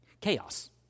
Chaos